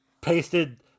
pasted